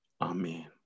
Amen